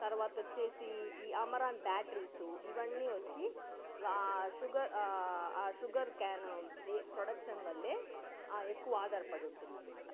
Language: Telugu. తర్వాత వచ్చేసి ఈ అమరాన్ బ్యాట్రీసు ఇవన్నీ వచ్చి వా షుగర్ ఆ షుగర్కేన్ ది ప్రొడక్షన్ వల్లే ఎక్కువ ఆధారపడి ఉంటుందన్నమాట